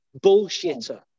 bullshitter